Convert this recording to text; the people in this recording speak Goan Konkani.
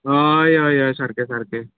हय हय सारकें सारकें